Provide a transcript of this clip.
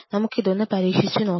നമുക്ക് ഇതൊന്നു പരീക്ഷിച്ചു നോക്കാം